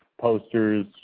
posters